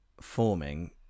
forming